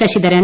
Sasidharan